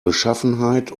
beschaffenheit